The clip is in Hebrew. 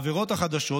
העבירות החדשות,